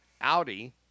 Audi